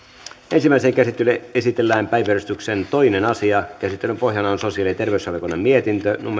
ensimmäiseen käsittelyyn esitellään päiväjärjestyksen toinen asia käsittelyn pohjana on sosiaali ja terveysvaliokunnan mietintö